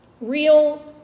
Real